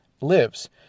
lives